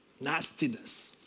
nastiness